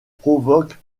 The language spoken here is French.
provoque